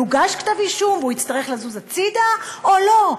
יוגש כתב אישום והוא יצטרך לזוז הצדה או לא?